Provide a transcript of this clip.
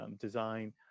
design